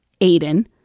Aiden